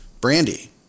brandy